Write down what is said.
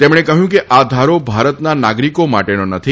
તેમણે કહ્યું કે આ ધારો ભારતના નાગરિકો માટેનો નથી